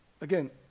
again